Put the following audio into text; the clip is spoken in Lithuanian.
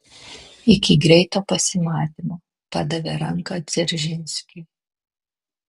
iki greito pasimatymo padavė ranką dzeržinskiui